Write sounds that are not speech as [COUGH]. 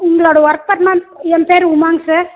உங்களோட ஒர்க் [UNINTELLIGIBLE] என் பேர் உமாங்க சார்